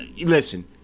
listen